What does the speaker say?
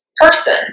person